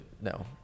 no